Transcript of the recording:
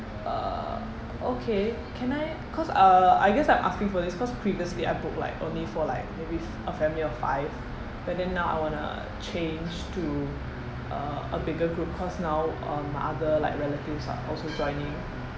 uh okay can I cause uh I guess I'm asking for this cause previously I booked like only for like maybe f~ a family of five but then now I want to change to uh a bigger group cause now uh my other like relatives are also joining